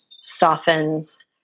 softens